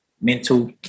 mental